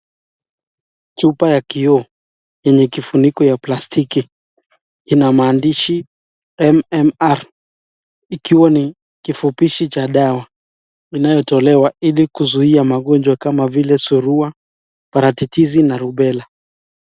Chupa ya kioo yenye kifuniko ya plastiki inamaandishi MMR ikiwa ni kifupishi cha dawa inayotolewa ili kuzuia magonjwa kama vile surua, parachichizi na rubela .